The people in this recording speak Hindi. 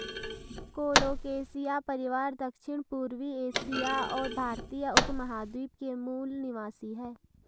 कोलोकेशिया परिवार दक्षिणपूर्वी एशिया और भारतीय उपमहाद्वीप के मूल निवासी है